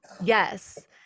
yes